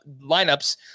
lineups